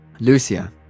Lucia